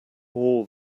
all